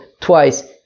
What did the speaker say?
twice